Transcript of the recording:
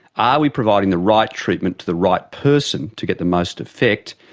are we providing the right treatment to the right person to get the most effect,